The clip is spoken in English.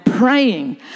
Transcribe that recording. praying